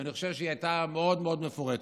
ואני חושב שהיא הייתה מאוד מאוד מפורטת.